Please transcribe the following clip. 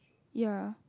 ya